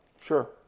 Sure